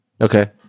Okay